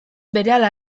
berehala